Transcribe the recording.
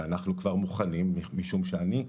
ואנחנו כבר מוכנים משום שאני,